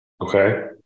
Okay